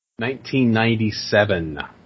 1997